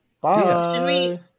Bye